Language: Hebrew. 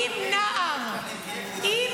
מכהן, לא מכּהן.